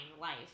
life